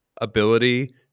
ability